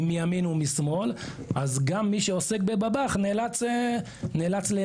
מימין ומשמאל - גם מי שעוסק ב-בב"ח נאלץ להירתם.